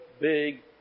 big